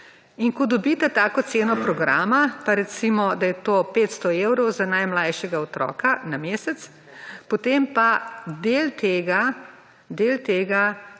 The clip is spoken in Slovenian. In ko dobite tako ceno programa, pa recimo, da je to 500 evrov za najmlajšega otroka na mesec, potem pa del tega